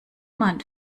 man